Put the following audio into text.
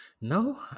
No